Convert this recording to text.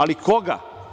Ali koga?